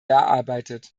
erarbeitet